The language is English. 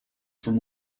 from